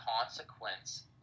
consequence